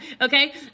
Okay